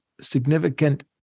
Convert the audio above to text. significant